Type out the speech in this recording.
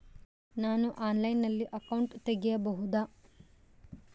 ನಾನು ಆನ್ಲೈನಲ್ಲಿ ಅಕೌಂಟ್ ತೆಗಿಬಹುದಾ?